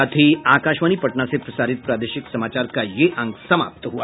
इसके साथ ही आकाशवाणी पटना से प्रसारित प्रादेशिक समाचार का ये अंक समाप्त हुआ